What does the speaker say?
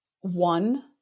one